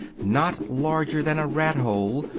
not larger than a rat-hole,